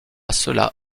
cela